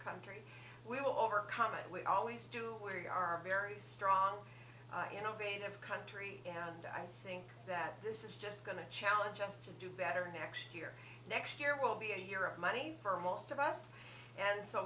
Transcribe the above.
country we will overcome it we always do where you are a very strong innovative country and i think that this is just going to challenge us to do better next year next year will be a year of money for most of us and so